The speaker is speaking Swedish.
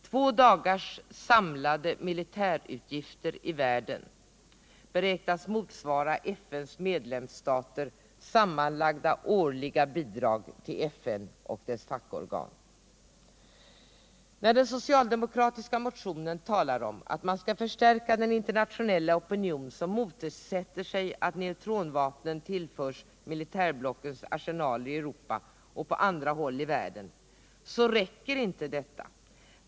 Två dagars samlade militärutgifter i världen beräknas motsvara FN:s medlemsstaters sammanlagda årliga bidrag till FN och dess fackorgan. När det i den socialdemokratiska motionen talas om att man skall förstärka den internationella opinion som motsätter sig att neutronvapnen tillförs militärblockens arsenaler i Europa och på andra håll i världen så räcker inte detta.